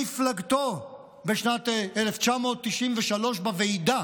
מפלגתו בשנת 1993 בוועידה